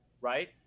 right